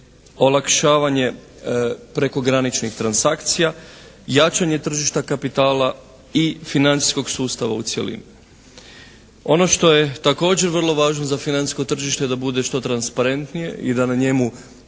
olakšavanje prekograničnih transakcija, jačanje tržišta kapitala i financijskog sustava u cjelini. Ono što je također vrlo važno za financijsko tržište je da bude što transparentnije i da na njemu